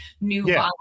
new